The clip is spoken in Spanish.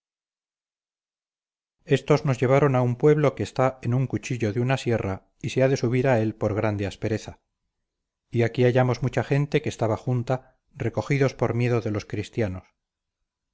estos nos llevaron a un pueblo que está en un cuchillo de una sierra y se ha de subir a él por grande aspereza y aquí hallamos mucha gente que estaba junta recogidos por miedo de los cristianos